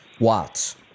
watts